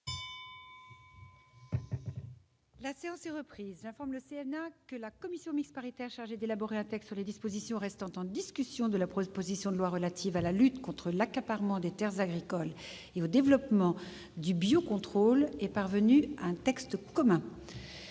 La séance est reprise. J'informe le Sénat que la commission mixte paritaire chargée d'élaborer un texte sur les dispositions restant en discussion de la proposition de loi relative à la lutte contre l'accaparement des terres agricoles et au développement du biocontrôle est parvenue à un texte commun.